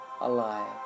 alive